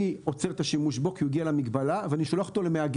אני עוצר את השימוש בו כי הוא הגיע למגבלה ואני שולח אותו למאגד.